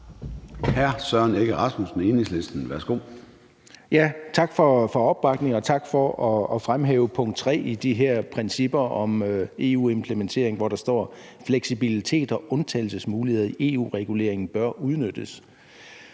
11:21 Søren Egge Rasmussen (EL): Tak for opbakningen, og tak for at fremhæve punkt 3 i de her principper om EU-implementering, hvor der står: Fleksibilitet og undtagelsesmuligheder i EU-reguleringen bør udnyttes.